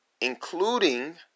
including